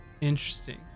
Interesting